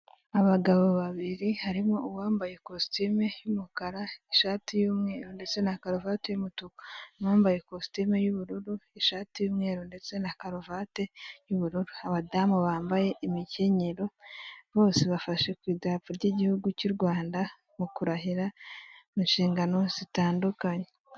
Abagabo babiri harimo uwambaye ikositimu y'umukara, ishati y'umweru, ndetse na karuvatiumutuku bambaye ikositimu y'ubururu, ishati y'umweru ndetse na karuvati y'ubururu, abadamu bambaye imikenyero, bose bafashe ku idarapo ry'igihugu cy'u Rwanda mu kurahira mu inshingano zitandukanye.